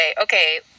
okay